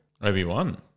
Obi-Wan